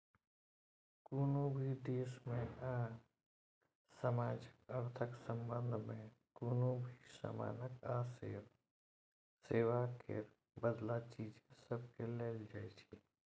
कुनु भी देश में आ समाजक अर्थक संबंध में कुनु भी समानक आ सेवा केर बदला चीज सबकेँ लेल जाइ छै